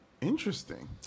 Interesting